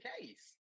case